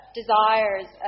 desires